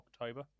October